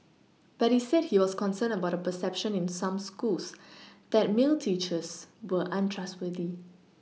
but he said he was concerned about a perception in some schools that male teachers were untrustworthy